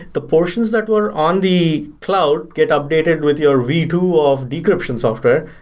the portions that were on the cloud get updated with your v two of decryption software,